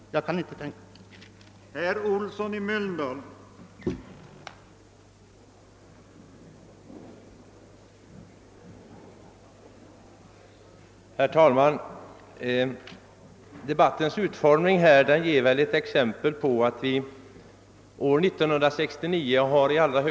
Det kan jag inte tänka mig att man skall göra.